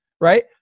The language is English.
right